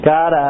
God